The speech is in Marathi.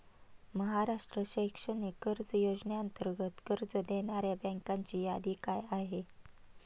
महाराष्ट्र शैक्षणिक कर्ज योजनेअंतर्गत कर्ज देणाऱ्या बँकांची यादी काय आहे?